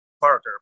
Parker